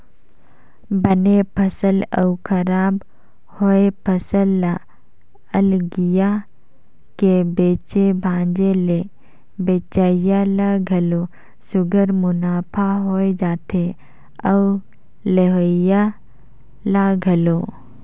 बने फसल अउ खराब होए फसल ल अलगिया के बेचे भांजे ले बेंचइया ल घलो सुग्घर मुनाफा होए जाथे अउ लेहोइया ल घलो